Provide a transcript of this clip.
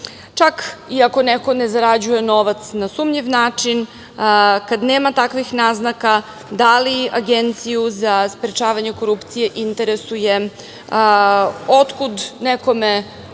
Čak i ako neko ne zarađuje novac na sumnjiv način, kad nema takvih naznaka, da li Agenciju za sprečavanje korupcije interesuje otkud nekome